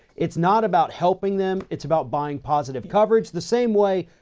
it's not about helping them. it's about buying positive coverage the same way,